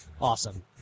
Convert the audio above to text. Awesome